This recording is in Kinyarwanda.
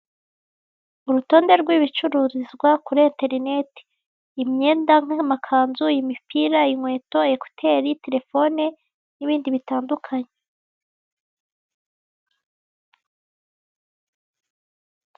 Urutonde rw'ibicururizwa kuri interinete, imyenda nk'amakanzu, imipira, inkweto, ekuteri, telefone n'ibindi bitandukanye.